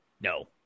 no